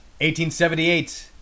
1878